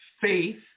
faith